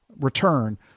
return